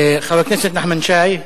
חבר הכנסת נחמן שי,